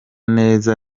neza